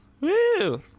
Woo